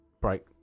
break